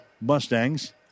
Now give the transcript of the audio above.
Mustangs